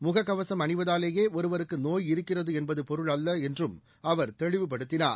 முக கவசம் அணிவதாலேயே ஒருவருக்கு நோய் இருக்கிறது என்பது பொருள் அல்ல என்றும் அவர் தெளிவுபடுத்தினார்